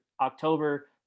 October